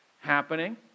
happening